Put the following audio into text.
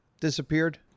disappeared